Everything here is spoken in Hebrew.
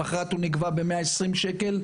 למחרת הוא נגבה ב-120 שקל,